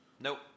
Nope